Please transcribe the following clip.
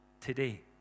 today